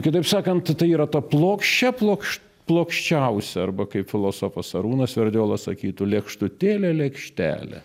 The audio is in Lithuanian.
kitaip sakant tatai yra ta plokščia plokš plokščiausia arba kaip filosofas arūnas sverdiolas sakytų lėkštutėlė lėkštelė